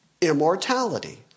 immortality